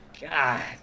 god